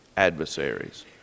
adversaries